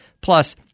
Plus